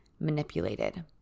manipulated